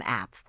app